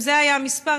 אם זה היה המספר,